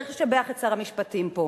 צריך לשבח את שר המשפטים פה,